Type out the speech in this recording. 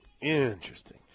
Interesting